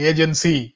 Agency